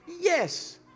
Yes